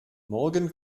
morgen